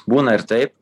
būna ir taip